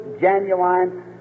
genuine